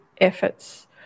efforts